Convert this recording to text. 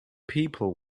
people